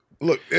Look